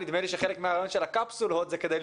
נדמה לי שחלק מהרעיון של הקפסולות הוא לייצר